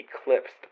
eclipsed